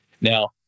Now